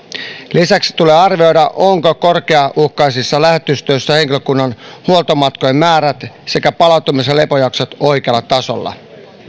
lisäksi tulee arvioida ovatko korkeauhkaisissa lähetystöissä henkilökunnan huoltomatkojen määrät sekä palautumis ja lepojaksot oikealla tasolla